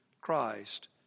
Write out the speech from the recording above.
Christ